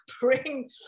bring